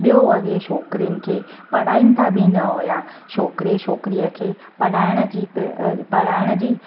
ॿियो अॻिए छोकिरिन खे पढ़ाईंदा बि न हुया छोकिरे छोकिरीअ खे पढ़ाइण जी पी अ पढ़ाइण जी